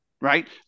right